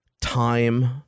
time